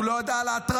הוא לא ידע על ההטרדות,